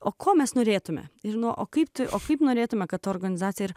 o ko mes norėtumėme ir nuo o kaip tu o kaip norėtumėme kad organizacija ir